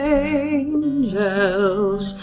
angels